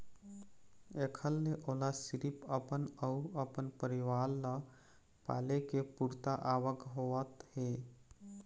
एखर ले ओला सिरिफ अपन अउ अपन परिवार ल पाले के पुरता आवक होवत हे